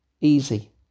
easy